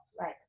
Right